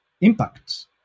impacts